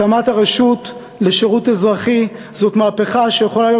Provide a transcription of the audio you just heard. הקמת הרשות לשירות אזרחי זאת מהפכה שיכולה להיות